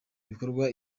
bikorwa